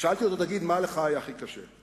שאלתי אותו: מה לך היה הכי קשה?